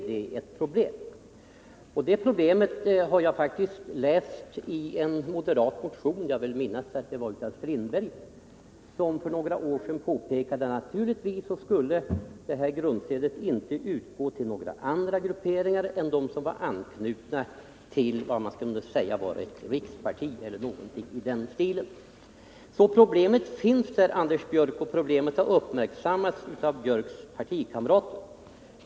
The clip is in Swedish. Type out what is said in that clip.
Det problemet har jag sett behandlat i en moderat motion — jag vill minnas att den var väckt av herr Strindberg —- för några år sedan, där det påpekades att grundstödet naturligtvis inte skulle utgå till några andra grupperingar än sådana som var anslutna till vad som kunde betecknas som ett riksparti. Problemet finns alltså, och det har uppmärksammats av herr Björcks partikamrater.